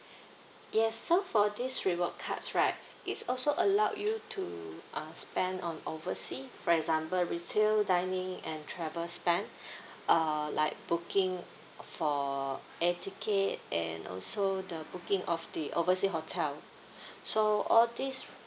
yes so for this reward cards right it's also allow you to uh spend on overseas for example retail dining and travel spend uh like booking for air ticket and also the booking of the oversea hotel so all these